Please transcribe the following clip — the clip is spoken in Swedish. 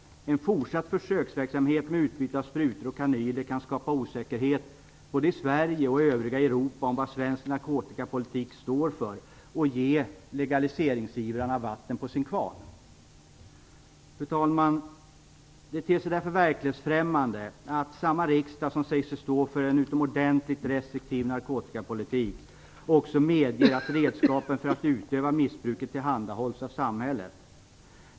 En fortsatt försöksverksamhet med utbyte av sprutor och kanyler kan skapa osäkerhet både i Sverige och i övriga Europa om vad svensk narkotikapolitik står för och ge legaliseringsivrarna vatten på sin kvarn. Fru talman! Det ter sig därför verklighetsfrämmande att samma riksdag som säger sig stå för en utomordentligt restriktiv narkotikapolitik också medger att redskapen för att utöva missbruket tillhandahålls av samhället.